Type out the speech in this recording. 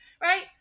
right